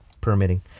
permitting